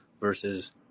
versus